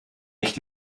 nicht